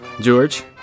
George